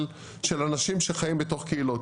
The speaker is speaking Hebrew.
של אנשים שחיים בתוך קהילות.